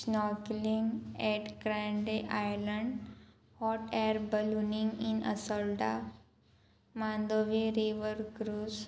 snorkelling at Grande island hot air ballooning इन असा Mandovi river cruise